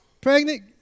pregnant